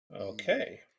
Okay